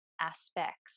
aspects